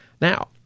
Now